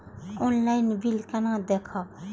Online bill केना देखब?